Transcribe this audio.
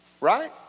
Right